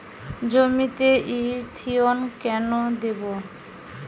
জমিতে ইরথিয়ন কেন দেবো?